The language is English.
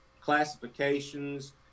classifications